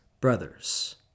brothers